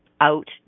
out